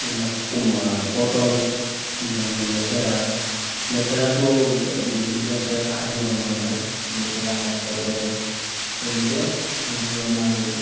এইবিলাক কোমো পটল যেনে নেচেৰা লেচেৰাটো বিশেষকৈ ভাজি বনোৱা যায় লেচেৰা হওক পটল হওক তেনেকুৱা আৰু আমাৰ